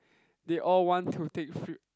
they all want to take fr~